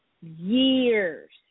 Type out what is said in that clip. years